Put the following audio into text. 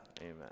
amen